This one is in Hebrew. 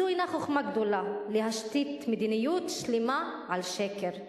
זו אינה חוכמה גדולה להשתית מדיניות שלמה על שקר.